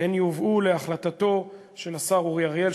הן יובאו להחלטתו של השר אורי אריאל,